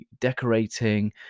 decorating